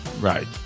Right